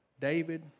David